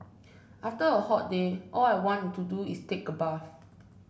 after a hot day all I want to do is take a bath